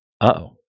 Uh-oh